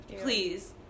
Please